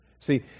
See